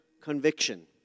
conviction